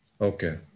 Okay